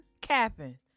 capping